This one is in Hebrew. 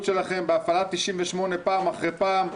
שלכם בהפעלת סעיף 98 פעם אחרי פעם,